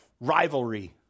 rivalry